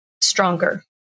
stronger